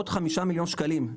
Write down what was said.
עוד 5 מיליון שקלים,